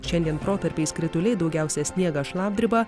šiandien protarpiais krituliai daugiausiai sniegas šlapdriba